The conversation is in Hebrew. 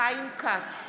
חיים כץ,